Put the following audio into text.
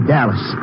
Dallas